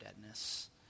deadness